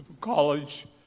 college